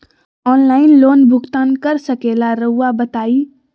Online loan भुगतान कर सकेला राउआ बताई?